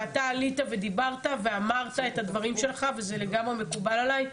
ואתה עלית ודיברת ואמרת את הדברים שלך וזה לגמרי מקובל עליי,